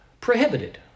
prohibited